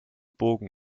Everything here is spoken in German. bogen